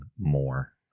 more